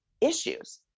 issues